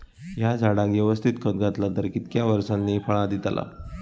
हया झाडाक यवस्तित खत घातला तर कितक्या वरसांनी फळा दीताला?